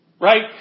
Right